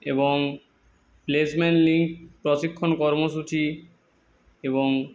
এবং প্লেসমেন্ট প্রশিক্ষণ কর্মসূচি এবং